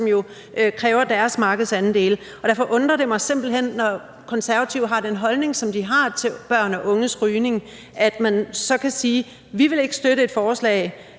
som kræver deres markedsandele. Derfor undrer det mig simpelt hen, når Konservative har den holdning, som de har til børns og unges rygning, at man så kan sige, at man ikke vil støtte et forslag